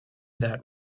that